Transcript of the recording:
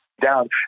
down